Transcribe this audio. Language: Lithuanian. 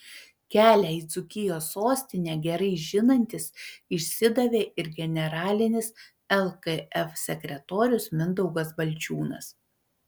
kelią į dzūkijos sostinę gerai žinantis išsidavė ir generalinis lkf sekretorius mindaugas balčiūnas